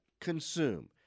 consume